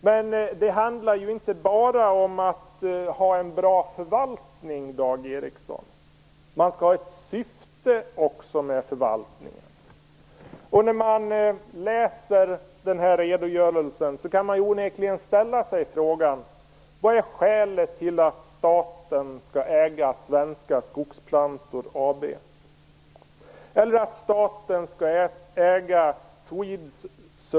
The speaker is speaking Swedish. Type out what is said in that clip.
Men det handlar inte bara om att ha en bra förvaltning, utan det skall också finnas ett syfte med förvaltningen. När man läser den här redogörelsen kan man onekligen ställa sig frågan: Vad är skälet till att staten skall äga Svenska Skogsplantor AB eller Swedesurvey AB?